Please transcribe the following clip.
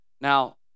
Now